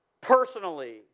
personally